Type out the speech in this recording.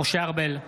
משה ארבל,